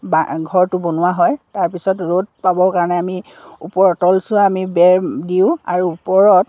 বা ঘৰটো বনোৱা হয় তাৰপিছত ৰ'দ পাবৰ কাৰণে আমি ওপৰ তলচুৱা আমি বেৰ দিওঁ আৰু ওপৰত